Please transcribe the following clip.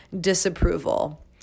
disapproval